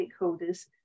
stakeholders